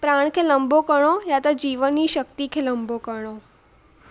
प्राण खे लंबो करिणो या त जीवन जी शक्ति खे लंबो करिणो